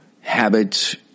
habits